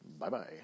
Bye-bye